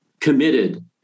committed